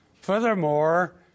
Furthermore